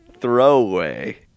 throwaway